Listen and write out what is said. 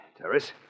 Terrace